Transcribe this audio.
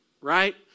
right